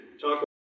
talk